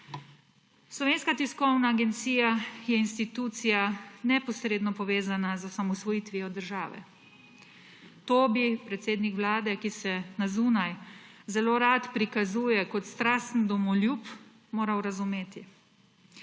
Slovenska tiskovna agencija je institucija, neposredno povezana z osamosvojitvijo države. To bi predsednik vlade, ki se na zunaj zelo rad prikazuje kot strasten domoljub, moral razumeti.